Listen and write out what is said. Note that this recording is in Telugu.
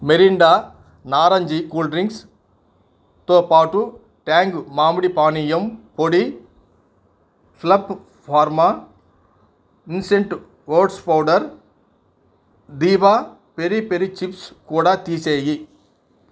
మిరిండా నారింజి కూల్ డ్రింక్స్తో పాటు ట్యాంగ్ మామిడి పానీయం పొడి ఫ్లప్ ఫార్మా ఇంస్టంట్ ఓట్స్ పౌడర్ దిభా పెరి పెరి చిప్స్ కూడాతీసేయి